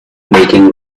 making